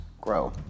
grow